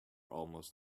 almost